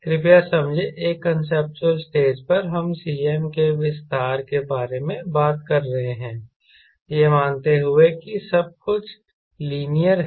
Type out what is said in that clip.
कृपया समझें एक कांसेप्चुअल स्टेज पर हम Cm के विस्तार के बारे में बात कर रहे हैं यह मानते हुए कि सब कुछ लीनियर है